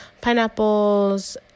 pineapples